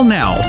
now